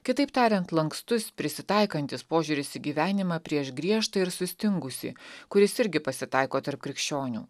kitaip tariant lankstus prisitaikantis požiūris į gyvenimą prieš griežtą ir sustingusį kuris irgi pasitaiko tarp krikščionių